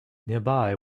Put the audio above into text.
nearby